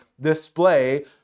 display